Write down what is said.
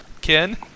Ken